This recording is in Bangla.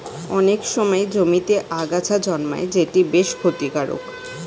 অনেক সময় জমিতে আগাছা জন্মায় যেটা বেশ ক্ষতিকারক